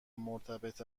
مرتبط